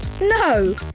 No